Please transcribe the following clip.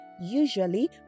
usually